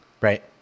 Right